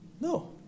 No